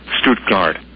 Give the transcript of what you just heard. Stuttgart